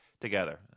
together